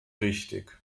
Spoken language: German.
richtig